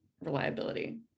reliability